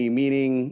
meaning